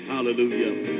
hallelujah